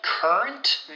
Current